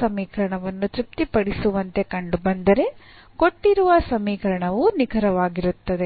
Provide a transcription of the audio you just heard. ಸಮೀಕರಣವನ್ನು ತೃಪ್ತಿಪಡಿಸುವಂತೆ ಕಂಡುಬಂದರೆ ಕೊಟ್ಟಿರುವ ಸಮೀಕರಣವು ನಿಖರವಾಗಿರುತ್ತದೆ